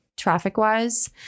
Traffic-wise